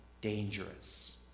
dangerous